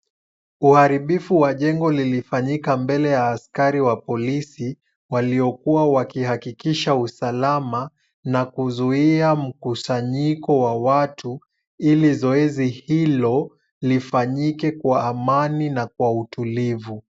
Uharibifu wa jengo lilifanyika mbele ya askari wa polisi, waliokuwa wakihakikisha usalama, na kuzuia mkusanyiko wa watu, ili zoezi hilo lifanyike kwa amani na kwa utulivu.